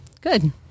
Good